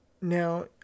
now